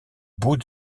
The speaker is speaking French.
bout